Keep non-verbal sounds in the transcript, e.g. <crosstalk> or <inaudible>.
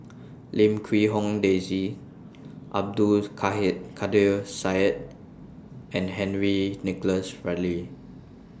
Lim Quee Hong Daisy Abdul <unintelligible> Kadir Syed and Henry Nicholas Ridley